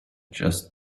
just